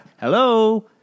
Hello